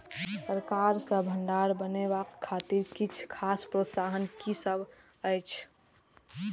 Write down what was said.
सरकार सँ भण्डार बनेवाक खातिर किछ खास प्रोत्साहन कि सब अइछ?